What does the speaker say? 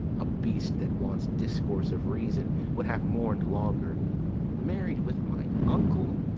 a beast that wants discourse of reason, would have mourn'd longer married with mine uncle,